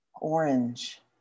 orange